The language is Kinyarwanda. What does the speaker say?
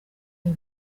ayo